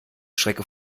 strecke